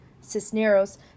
Cisneros